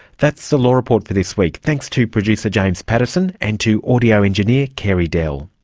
that's the law report for this week. thanks to producer james pattison, and to audio engineer carey dell.